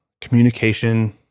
communication